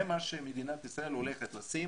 זה מה שמדינת ישראל הולכת לשים.